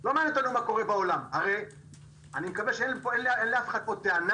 לא מעניין אותנו מה קורה בעולם אני מקווה שאין לאף אחד פה טענה